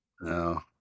No